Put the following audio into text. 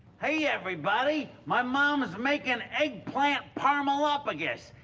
hey, everybody, my mom's makin' eggplant parmalupagus.